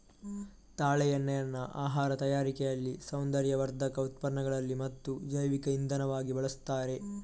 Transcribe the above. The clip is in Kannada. ತಾಳೆ ಎಣ್ಣೆಯನ್ನ ಆಹಾರ ತಯಾರಿಕೆಯಲ್ಲಿ, ಸೌಂದರ್ಯವರ್ಧಕ ಉತ್ಪನ್ನಗಳಲ್ಲಿ ಮತ್ತು ಜೈವಿಕ ಇಂಧನವಾಗಿ ಬಳಸ್ತಾರೆ